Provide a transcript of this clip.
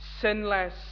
sinless